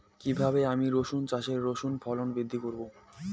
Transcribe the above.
কীভাবে আমি রসুন চাষে রসুনের ফলন বৃদ্ধি করব?